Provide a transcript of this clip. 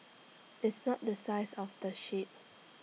it's not the size of the ship